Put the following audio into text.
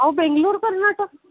अहो बंगळूर कर्नाटक